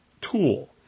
tool